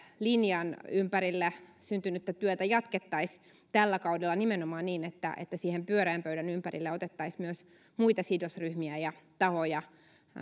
linjan ympärillä syntynyttä työtä jatkettaisiin tällä kaudella nimenomaan niin että siihen pyöreän pöydän ympärille otettaisiin myös muita sidosryhmiä ja tahoja